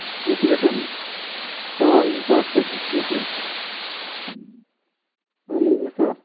یہِ چھُ گژھان ساس زٕ ساس رۄپیہِ چھُ گژھان اَہن حظ زٕ ساس